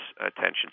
attention